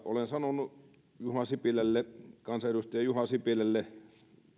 olen sanonut kansanedustaja juha sipilälle